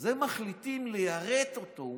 אז הם מחליטים ליירט אותו.